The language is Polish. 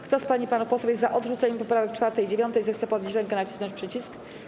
Kto z pań i panów posłów jest za odrzuceniem poprawek 4. i 9., zechce podnieść rękę i nacisnąć przycisk.